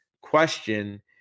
question